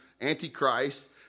antichrist